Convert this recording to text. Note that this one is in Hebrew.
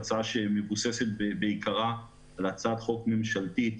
זאת הצעה שמבוססת בעיקרה על הצעת חוק ממשלתית